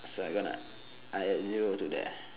so I gonna I add zero to that